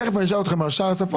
תכף אני אשאל אותך לגבי שאר השפות.